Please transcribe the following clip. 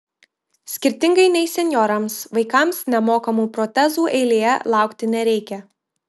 skirtingai nei senjorams vaikams nemokamų protezų eilėje laukti nereikia